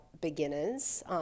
beginners